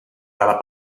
dalla